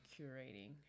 curating